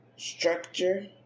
Structure